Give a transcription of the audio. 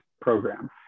program